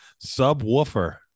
subwoofer